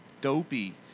dopey